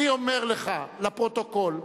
אני אומר לך, לפרוטוקול,